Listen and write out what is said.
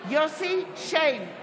יוסי שיין,